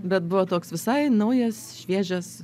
bet buvo toks visai naujas šviežias